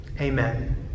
Amen